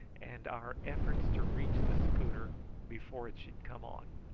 and our efforts to reach the schooner before it should come on.